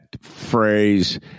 phrase